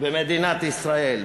במדינת ישראל,